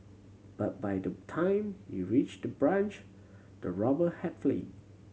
but by the time he reached the branch the robber had